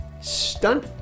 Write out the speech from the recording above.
stunt